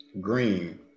green